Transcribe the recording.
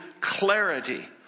clarity